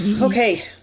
Okay